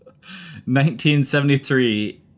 1973